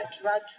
drug